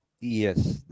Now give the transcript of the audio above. Yes